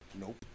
Nope